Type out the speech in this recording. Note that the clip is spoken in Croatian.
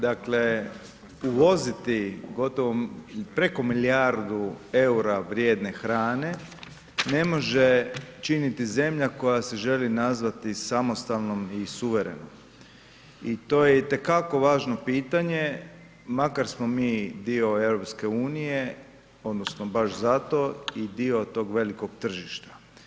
Dakle, uvoziti gotovo, preko milijardu eura vrijedne hrane ne može činiti zemlja koja se želi nazvati samostalnom i suverenom i to je itekako važno pitanje, makar smo mi dio EU, odnosno baš zato i dio tog velikog tržišta.